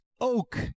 oak